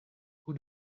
who